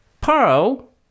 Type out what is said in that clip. Pearl